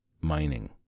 mining